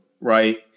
right